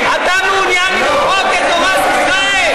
אתה מעוניין למחוק את תורת ישראל.